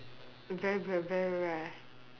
very very very rare